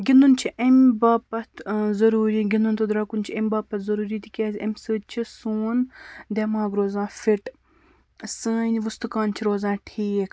گِنٛدُن چھِ امہِ باپَتھ ضروٗری گِنٛدُن تہٕ درٛۄکُن چھُ امہِ باپَتھ ضٔروٗری تِکیٛازِ اَمہِ سۭتۍ چھُ سون دٮ۪ماغ روزان فِٹ سٲنۍ وُستُکان چھِ روزان ٹھیٖک